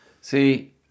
See